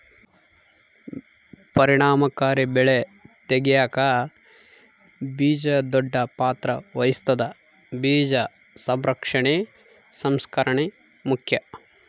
ಪರಿಣಾಮಕಾರಿ ಬೆಳೆ ತೆಗ್ಯಾಕ ಬೀಜ ದೊಡ್ಡ ಪಾತ್ರ ವಹಿಸ್ತದ ಬೀಜ ಸಂರಕ್ಷಣೆ ಸಂಸ್ಕರಣೆ ಮುಖ್ಯ